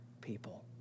people